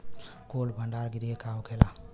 Cold भण्डार गृह का होखेला?